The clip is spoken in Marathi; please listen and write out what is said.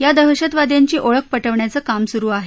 या दहशतवाद्यांची ओळख पटवण्याचं काम सुरू आहे